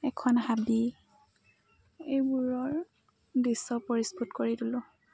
এখন হাবী এইবোৰৰ দৃশ্য পৰিসফুত কৰি তোঁ